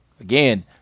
again